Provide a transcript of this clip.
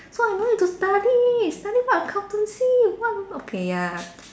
so I don't need to study study what accountancy what what okay ya